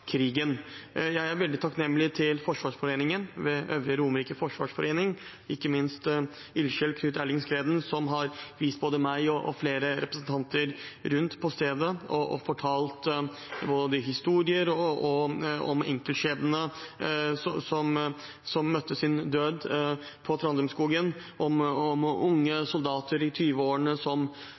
Jeg er veldig takknemlig overfor Forsvarsforeningen ved Øvre Romerike Forsvarsforening, ikke minst ildsjelen Knut Erling Skreden, som har vist både meg og flere representanter rundt på stedet og fortalt historier om enkeltskjebnene som møtte sin død i Trandumskogen, om unge soldater i